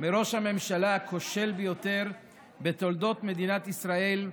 מראש הממשלה הכושל ביותר בתולדות מדינת ישראל,